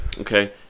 Okay